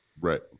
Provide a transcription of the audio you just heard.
Right